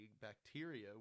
bacteria